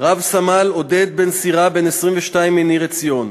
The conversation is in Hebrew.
רב-סמל עודד בן-סירא, בן 22, מניר-עציון,